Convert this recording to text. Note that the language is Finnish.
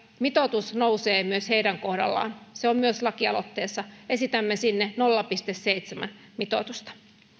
mitoitus nousee myös heidän kohdallaan se on myös lakialoitteessa esitämme sinne nolla pilkku seitsemän mitoitusta